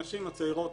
הנשים הצעירות